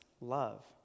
love